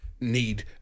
need